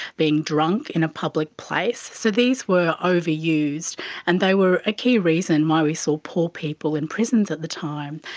being drunk in a public place, so these were overused and they were a key reason why we saw poor people in prisons at the time.